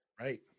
Right